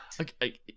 Okay